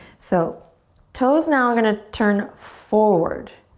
so toes now i'm going to turn forward.